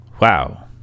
Wow